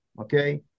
okay